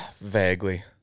Vaguely